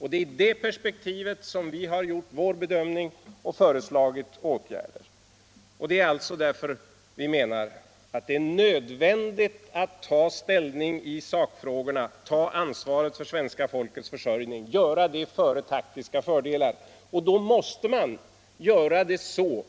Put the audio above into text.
I detta perspektiv har vi gjort vår bedömning och föreslagit åtgärder. Vi menar att det är nödvändigt att ta ställning i sakfrågorna och ta ansvaret för svenska folkets försörjning före taktiska fördelar. Då måste man göra det så